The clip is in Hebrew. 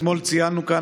אתמול ציינו כאן,